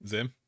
Zim